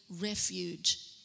refuge